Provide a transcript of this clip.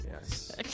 Yes